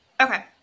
Okay